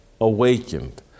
awakened